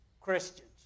Christians